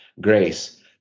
grace